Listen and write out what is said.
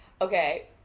Okay